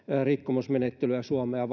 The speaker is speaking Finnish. rikkomusmenettelyä suomea